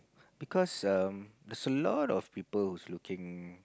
because um there's a lot of people who's looking